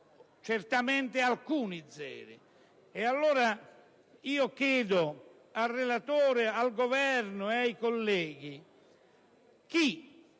certamente alcuni. E dunque, chiedo al relatore, al Governo e ai colleghi chi